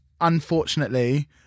unfortunately